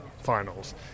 finals